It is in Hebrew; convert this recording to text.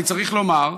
אני צריך לומר,